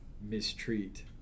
mistreat